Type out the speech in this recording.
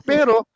Pero